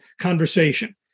conversation